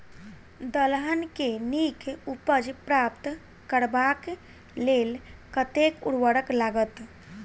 दलहन केँ नीक उपज प्राप्त करबाक लेल कतेक उर्वरक लागत?